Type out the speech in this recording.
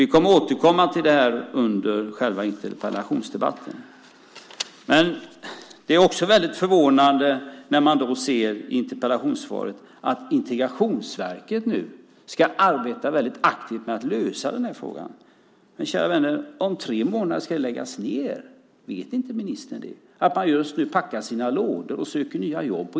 Vi kommer att återkomma till detta under interpellationsdebatten. Det är förvånande att se i interpellationssvaret att Integrationsverket nu ska arbeta aktivt med att lösa den här frågan. Men, kära vänner, om tre månader ska det läggas ned. Vet inte ministern att man på Integrationsverket just nu packar sina lådor och söker nya jobb?